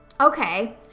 Okay